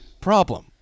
problem